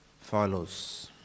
follows